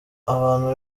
abantu